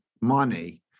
money